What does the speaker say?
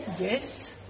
yes